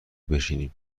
بشینیم